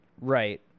Right